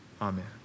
amen